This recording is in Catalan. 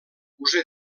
usa